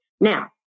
Now